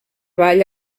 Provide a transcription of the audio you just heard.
vall